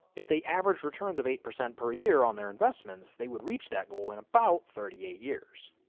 if they averaged returns of eight percent per year on their investments they would reach that goal in about thirty eight years.